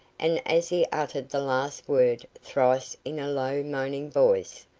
and as he uttered the last word thrice in a low moaning voice,